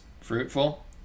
fruitful